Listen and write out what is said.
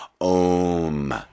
Om